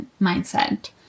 mindset